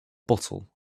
bottle